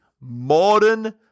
modern